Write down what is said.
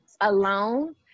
alone